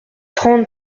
trente